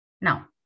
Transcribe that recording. Now